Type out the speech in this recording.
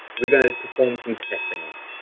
we're going to perform some testing on.